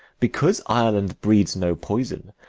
because ireland breeds no poison,